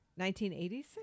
1986